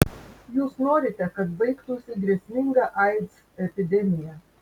jūs norite kad baigtųsi grėsminga aids epidemija